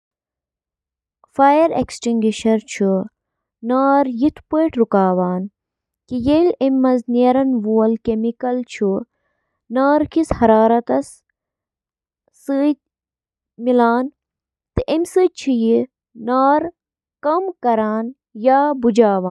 Washing machine چھِ washer کہِ ناوٕ سۭتۍ تہِ زاننہٕ یِوان سۄ مِشیٖن یۄس گنٛدٕ پَلو چھِ واتناوان۔ اَتھ منٛز چھِ اکھ بیرل یَتھ منٛز پلو چھِ تھاونہٕ یِوان۔